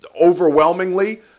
overwhelmingly